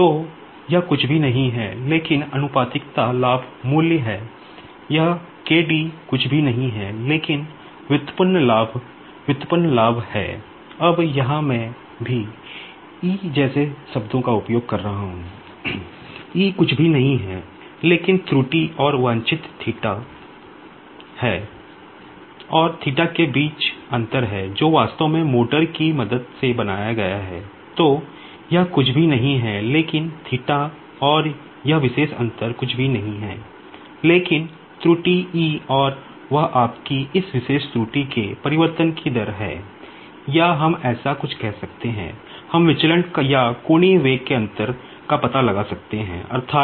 तो यह कुछ भी नहीं है लेकिन प्रोपोर्शनैलिटी गेन वैल्यू के अंतर का पता लगा सकते हैं अर्थात